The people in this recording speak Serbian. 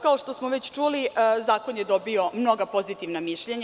Kao što smo već čuli zakon je dobio mnoga pozitivna mišljenja.